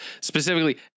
specifically